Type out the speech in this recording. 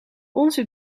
onze